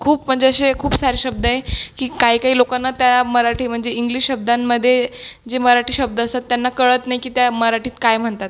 खूप म्हणजे असे खूप सारे शब्द आहेत की काय काही लोकांना त्या मराठी म्हणजे इंग्लिश शब्दांमध्ये जे मराठी शब्द असतात त्यांना कळत नाही की त्या मराठीत काय म्हणतात